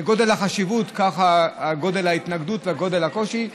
כגודל החשיבות כך גודל ההתנגדות וגודל הקושי.